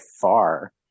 far